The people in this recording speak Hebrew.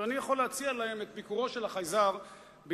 ואני יכול להציע להם את ביקורו של החייזר בירושלים.